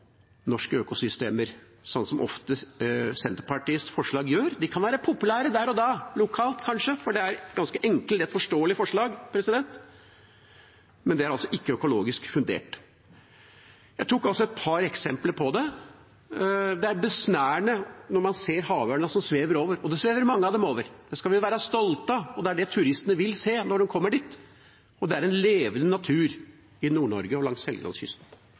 norske økosystemer, sånn som Senterpartiets forslag ofte gjør. De kan være populære der og da lokalt, kanskje, for det er ganske enkle og lett forståelige forslag, men det er altså ikke økologisk fundert. Jeg tok et par eksempler på det. Det er besnærende når man ser havørna som svever, og det svever mange av dem over der. Det skal vi være stolte av, og det er det turistene vil se når de kommer dit. Det er en levende natur i Nord-Norge og langs